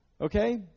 okay